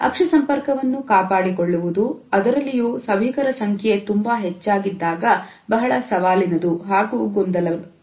ಅಕ್ಷಿ ಸಂಪರ್ಕವನ್ನು ಕಾಪಾಡಿಕೊಳ್ಳುವುದು ಅದರಲ್ಲಿಯೂ ಸಭಿಕರ ಸಂಖ್ಯೆ ತುಂಬಾ ಹೆಚ್ಚಾಗಿದ್ದಾಗ ಬಹಳ ಸವಾಲಿನದು ಹಾಗೂ ಗೊಂದಲಮಯ